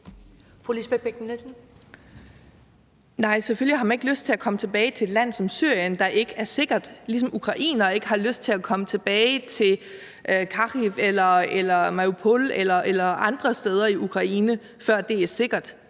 Nej, selvfølgelig har man ikke lyst til at komme tilbage til et land som Syrien, der ikke er sikkert, ligesom ukrainere ikke har lyst til at komme tilbage til Kharkiv eller Mariupol eller andre steder i Ukraine, før det er sikkert.